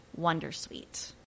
Wondersuite